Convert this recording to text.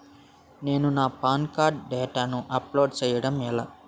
నేను నా PAN card డేటాను అప్లోడ్ చేయడం ఎలా?